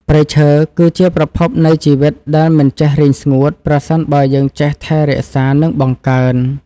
ព្រៃឈើ គឺជាប្រភពនៃជីវិតដែលមិនចេះរីងស្ងួតប្រសិនបើយើងចេះថែរក្សា និងបង្កើន។